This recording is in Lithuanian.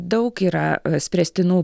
daug yra spręstinų